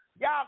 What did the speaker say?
y'all